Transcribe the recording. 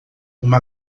uma